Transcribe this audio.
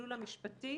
המסלול המשפטי